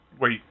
Wait